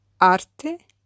Arte